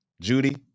Judy